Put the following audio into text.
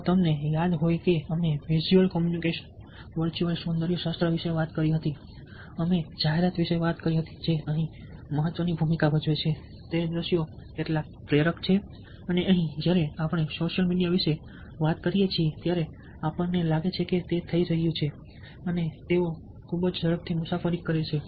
જો તમને યાદ હોય કે અમે વિઝ્યુઅલ કમ્યુનિકેશન વિઝ્યુઅલ સૌંદર્ય શાસ્ત્ર વિશે વાત કરી હતી અમે જાહેરાત વિશે વાત કરી હતી જે અહીં ભૂમિકા ભજવે છે તે દ્રશ્યો કેટલા પ્રેરક છે અને અહીં જ્યારે આપણે સોશિયલ મીડિયા વિશે વાત કરીએ છીએ ત્યારે આપણને લાગે છે કે તે થઈ રહ્યું છે તેઓ ખૂબ જ ઝડપથી મુસાફરી કરે છે